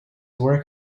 work